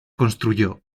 construyó